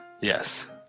Yes